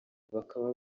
bakaba